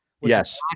Yes